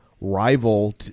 rival